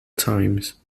times